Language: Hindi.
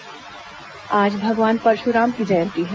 परशुराम जयंती आज भगवान परशुराम की जयंती है